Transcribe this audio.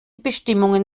bestimmungen